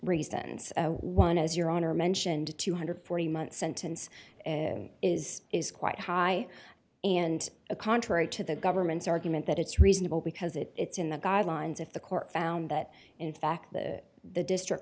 reasons one as your honor mentioned two hundred and forty month sentence is is quite high and a contrary to the government's argument that it's reasonable because it's in the guidelines if the court found that in fact that the district